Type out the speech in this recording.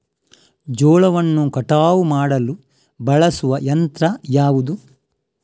ಜೋಳವನ್ನು ಕಟಾವು ಮಾಡಲು ಬಳಸುವ ಯಂತ್ರ ಯಾವುದು?